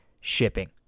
shipping